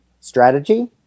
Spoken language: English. strategy